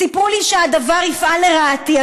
סיפרו לי שהדבר יפעל לרעתי.